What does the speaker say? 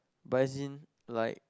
but as in like